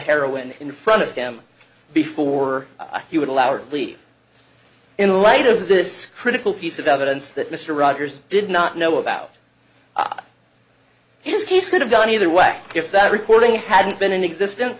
heroin in front of him before he would allow or leave in light of this critical piece of evidence that mr rogers did not know about his case could have done either way if that recording hadn't been in existence